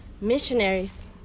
missionaries